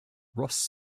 ross